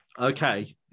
Okay